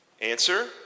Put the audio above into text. Answer